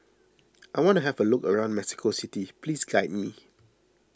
I want to have a look around Mexico City please guide me